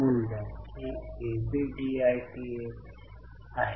मी वजा 2000 वजा म्हणजे 5000 वरुन 3000 वर आला असल्याचे चिन्हांकित केले